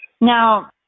Now